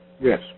Yes